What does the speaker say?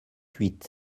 huit